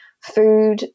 Food